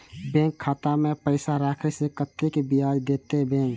Bank खाता में पैसा राखे से कतेक ब्याज देते बैंक?